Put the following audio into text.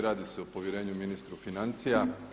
Radi se o povjerenju ministra financija.